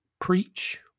preach